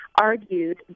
argued